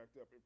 up